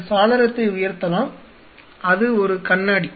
நீங்கள் சாளரத்தை உயர்த்தலாம் அது ஒரு கண்ணாடி